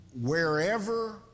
wherever